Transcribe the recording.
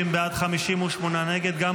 50 בעד, 58 נגד.